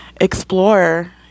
explore